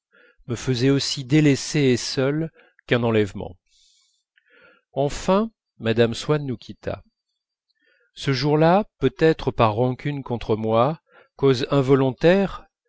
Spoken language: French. me faisait aussi délaissé et seul qu'un enlèvement enfin mme swann nous quitta ce jour-là peut-être par rancune contre moi cause involontaire